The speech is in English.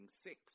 six